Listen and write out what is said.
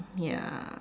ya